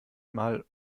mal